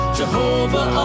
jehovah